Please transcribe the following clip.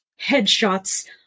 headshots